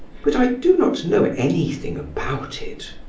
but i do not know anything about it.